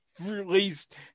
released